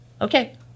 okay